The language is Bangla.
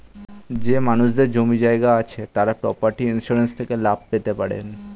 যেই মানুষদের জমি জায়গা আছে তারা প্রপার্টি ইন্সুরেন্স থেকে লাভ পেতে পারেন